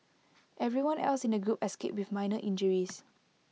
everyone else in the group escaped with minor injuries